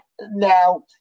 Now